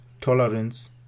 tolerance